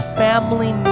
family